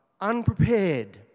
unprepared